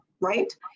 right